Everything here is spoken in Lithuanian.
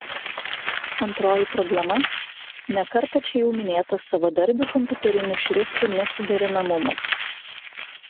antroji problema ne kartą čia jau minėtas savadarbių kompiuterinių šriftų nesuderinamumas